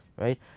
right